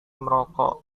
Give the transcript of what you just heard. merokok